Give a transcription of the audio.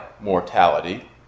mortality